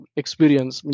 experience